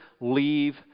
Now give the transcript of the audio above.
leave